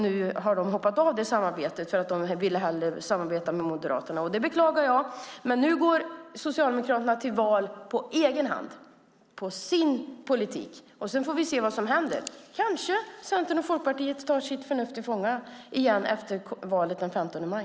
Nu har de hoppat av det samarbetet för att de hellre ville samarbeta med Moderaterna. Det beklagar jag. Nu går Socialdemokraterna till val på egen hand med sin politik. Vi får se vad som händer. Kanske Centern och Folkpartiet tar sitt förnuft till fånga efter valet den 15 maj.